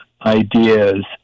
ideas